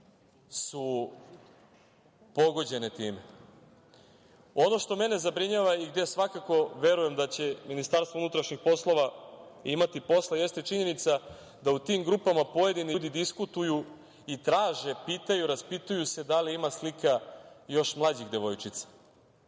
su pogođene time. Ono što mene zabrinjava i gde svakako verujem da će Ministarstvo unutrašnjih poslova imati posla jeste činjenica da u tim grupama pojedini ljudi diskutuju i traže, pitaju, raspituju se da li ima slika još mlađih devojčica. Nažalost,